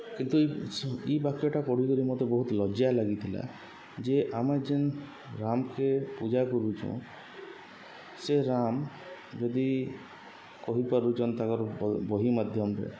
କିନ୍ତୁ ଇ ଇ ବାକ୍ୟଟା ପଢ଼ିିକରି ମତେ ବହୁତ ଲଜ୍ୟା ଲାଗିଥିଲା ଯେ ଆମେ ଯେନ୍ ରାମ୍କେ ପୂଜା କରୁଚୁଁ ସେ ରାମ୍ ଯଦି କହିପାରୁଚନ୍ ତାଙ୍କର୍ ବହି ମାଧ୍ୟମ୍ରେ